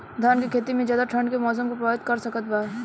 धान के खेती में ज्यादा ठंडा के मौसम का प्रभावित कर सकता बा?